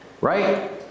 right